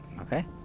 Okay